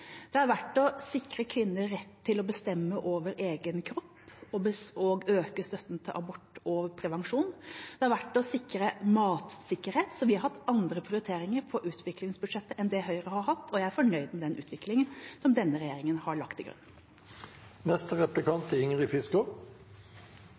Det har vært å sikre kvinner rett til å bestemme over egen kropp og øke støtten til abort og prevensjon, og det har vært å sikre matsikkerhet. Så vi har hatt andre prioriteringer på utviklingsbudsjettet enn det Høyre har hatt, og jeg er fornøyd med den utviklingen som denne regjeringa har lagt til